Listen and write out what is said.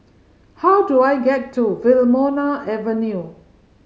how do I get to Wilmonar Avenue